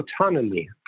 autonomy